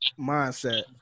mindset